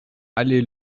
allée